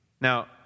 Now